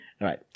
right